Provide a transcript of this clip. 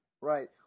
Right